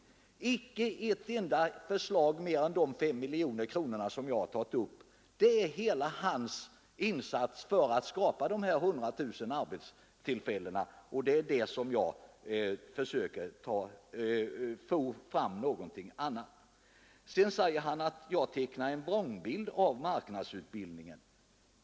Icke någonting mer än de 5 miljoner kronor som jag har tagit upp! Det är hela hans insats för att skapa de här hundratusen arbetstillfällena. Det är där som jag försöker få fram någonting annat. Sedan påstår herr Nilsson att jag tecknar en vrångbild av arbetsmarknadsutbildningen.